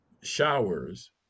showers